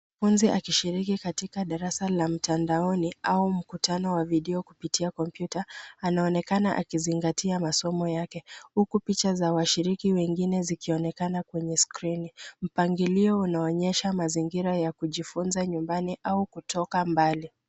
Mwanafunzi akishiriki katika darasa la mtandaoni au mkutano wa video kwa kupitia kompyuta. Anaonekana akizingatia masomo yake huku picha za washiriki wengine zikionekana kwenye skrini. Mpangilio unaonyesha mazingira ya kujifunza nyumbani au kutoka mbali.